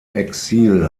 exil